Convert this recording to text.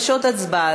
התשע"ו 2016,